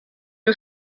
who